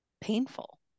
painful